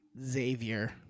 Xavier